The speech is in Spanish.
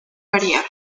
variar